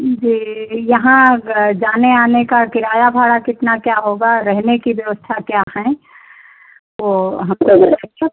जी यहाँ जाने आने का किराया भाड़ा कितना क्या होगा रहने की व्यवस्था क्या हैं वह हमको ज़रा सब